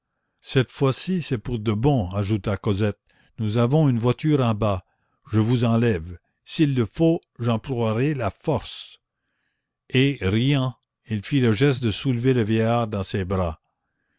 cette fois-ci c'est pour de bon ajouta cosette nous avons une voiture en bas je vous enlève s'il le faut j'emploierai la force et riant elle fit le geste de soulever le vieillard dans ses bras